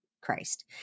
Christ